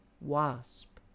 Wasp